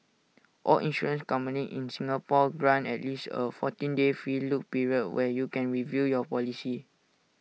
all insurance companies in Singapore grant at least A fourteen day free look period where you can review your policy